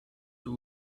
two